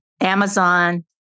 Amazon